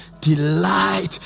delight